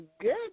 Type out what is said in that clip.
good